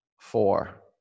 four